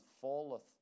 falleth